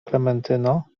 klementyno